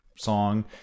song